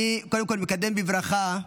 אני קודם כול מקדם בברכה,